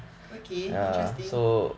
okay interesting